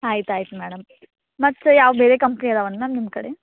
ಆಯ್ತು ಆಯ್ತು ಮೇಡಮ್ ಮತ್ತೆ ಯಾವ ಬೇರೆ ಕಂಪ್ನಿ ಇದಾವನ್ ಮ್ಯಾಮ್ ನಿಮ್ಮ ಕಡೆ